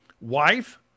wife